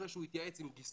אחרי שהוא התייעץ עם גיסו,